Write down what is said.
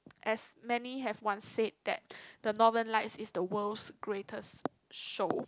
as many have once said that the Northern Lights is the world's greatest show